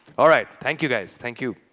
all right. thank you guys. thank you.